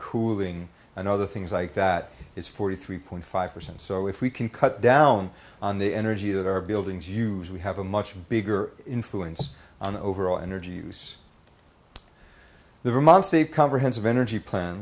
cooling and other things like that it's forty three point five percent so if we can cut down on the energy that our buildings use we have a much bigger influence on overall energy use the vermont state comprehensive energy plan